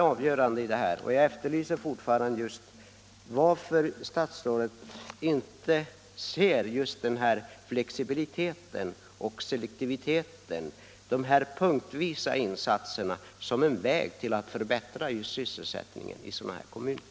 Jag efterlyser fortfarande varför statsrådet inte tror att flexibilitet, selektivitet och möjligheter till punktvisa insatser kan vara en väg att förbättra sysselsättningen i sådana här kommuner.